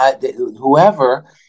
whoever